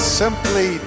simply